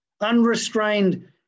unrestrained